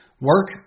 Work